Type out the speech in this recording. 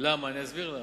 אסביר למה.